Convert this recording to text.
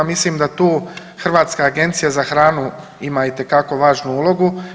Mislim da tu Hrvatska agencija za hranu ima itekako važnu ulogu.